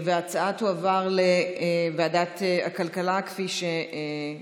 ההצעה תועבר לוועדת הכלכלה כפי שהתבקש.